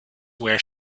where